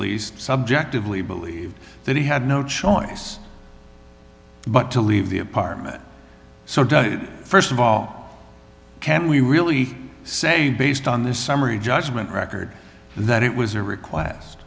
least subjectively believed that he had no choice but to leave the apartment so does st of all can we really say based on this summary judgment record that it was a request